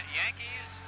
yankees